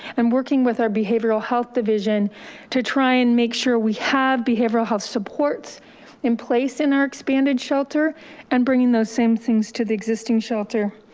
and working with our behavioral health division to try and make sure we have behavioral health supports in place in our expanded shelter and bringing those same things to the existing shelter.